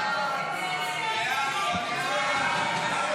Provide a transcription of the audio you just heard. סעיף 3, כהצעת